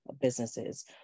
businesses